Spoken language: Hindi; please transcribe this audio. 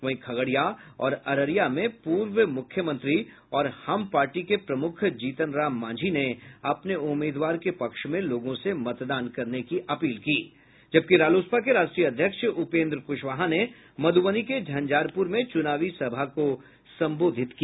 वहीं खगड़िया और अररिया में पूर्व मूख्यमंत्री और हम पार्टी के प्रमूख के जीतनराम मांझी ने अपने उम्मीदवार के पक्ष में लोगों से मतदान करने की अपील की जबकि रालोसपा के राष्ट्रीय अध्यक्ष उपेन्द्र कुशवाहा ने मधुबनी के झंझारपुर में चुनावी सभा को संबोधित किया